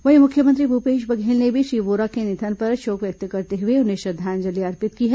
वहीं मुख्यमंत्री भूपेश बघेल ने भी श्री वोरा के निधन पर शोक व्यक्त करते उन्हें श्रद्वांजलि अर्पित की है